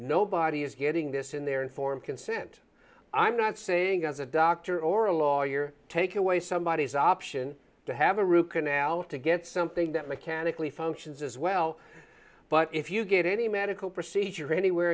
nobody is getting this in their informed consent i'm not saying as a doctor or a lawyer take away somebody is option to have a root canal to get something that mechanically functions as well but if you get any medical procedure anywhere